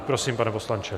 Prosím, pane poslanče.